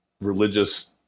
religious